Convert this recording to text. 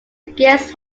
guest